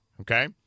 okay